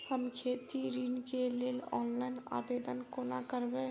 हम खेती ऋण केँ लेल ऑनलाइन आवेदन कोना करबै?